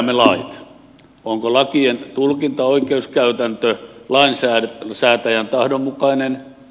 onko lakien tulkinta oikeuskäytäntö lainsäätäjän tahdon mukainen